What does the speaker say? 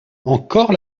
encore